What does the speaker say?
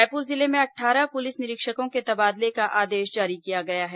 रायपुर जिले में अट्ठारह पुलिस निरीक्षकों के तबादले का आदेश जारी किया गया है